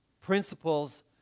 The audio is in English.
principles